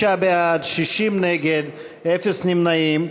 46 בעד, 60 נגד, אפס נמנעים.